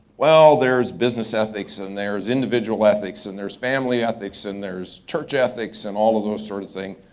well, there's business ethics, and there's individual ethics, and there's family ethics, and there's church ethics, and all of those sort of thing.